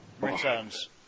returns